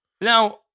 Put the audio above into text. now